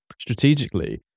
strategically